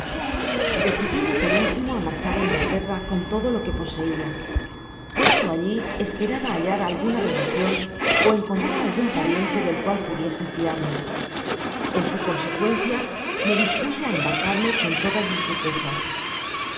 decidime por último á marchar á inglaterra con todo lo que poseia puesto alli esperaba hallar alguna relacion ó encontrar algun pariente del cual pudiese fiarme en su consecuencia me dispuse á embarcarme con todas mis riquezas con